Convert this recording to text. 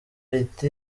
riti